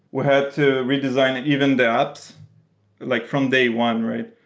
we had to redesign even the apps like from day one, right?